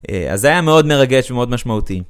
א.. אז זה היה מאוד מרגש ומאוד משמעותי.